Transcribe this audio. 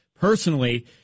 personally